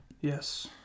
yes